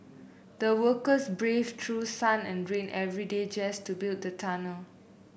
the workers braved through sun and rain every day just to build the tunnel